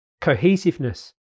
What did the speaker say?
cohesiveness